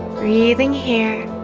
breathing here